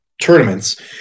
tournaments